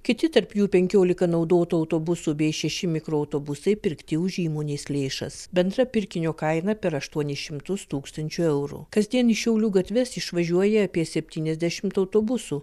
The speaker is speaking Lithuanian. kiti tarp jų penkiolika naudotų autobusų bei šeši mikroautobusai pirkti už įmonės lėšas bendra pirkinio kaina per aštuonis šimtus tūkstančių eurų kasdien į šiaulių gatves išvažiuoja apie septyniasdešimt autobusų